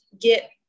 get